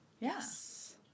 Yes